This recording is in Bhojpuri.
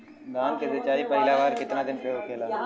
धान के सिचाई पहिला बार कितना दिन पे होखेला?